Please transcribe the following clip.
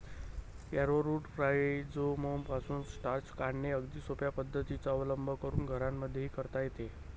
arrowroot राईझोमपासून starch काढणे अगदी सोप्या पद्धतीचा अवलंब करून घरांमध्येही करता येते